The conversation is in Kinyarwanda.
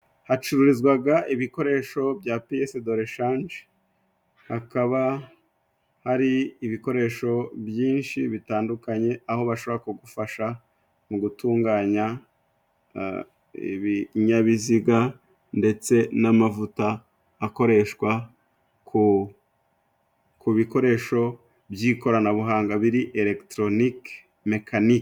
Hacururizwaga ibikoresho bya piyese doreshanje， hakaba hari ibikoresho byinshi bitandukanye, aho bashaka kugufasha mu gutunganya ibinyabiziga ndetse n'amavuta akoreshwa ku bikoresho by'ikoranabuhanga biri eregitoronike，mekanike.